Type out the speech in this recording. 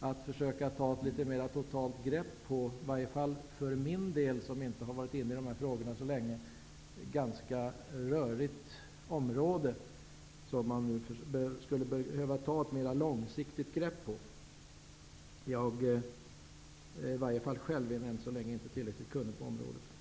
som skall försöka ta ett mer totalt och långsiktigt grepp på ett område som i varje fall för mig, som inte sysslat med de här frågorna så länge, är ganska rörigt. Jag är i varje fall själv ännu inte tillräckligt kunnig på området.